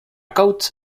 cote